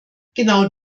genau